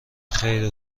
خیر